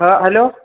हां हॅलो